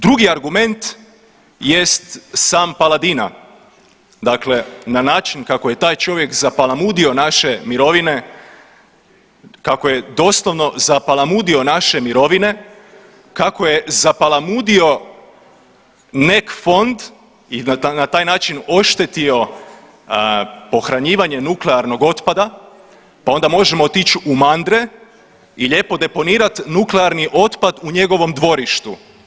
Drugi argument jest sam Paladina, dakle na način kako je taj čovjek zapalamudio naše mirovine, kako doslovno zapalamudio naše mirovine, kako je zapalamudio NEK fond i na taj način oštetio pohranjivanje nuklearnog otpada pa onda možemo otići u Mandre i lijepo deponirat nuklearni otpad u njegovom dvorištu.